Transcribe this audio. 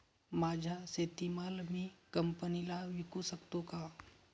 माझा शेतीमाल मी कंपनीला विकू शकतो का?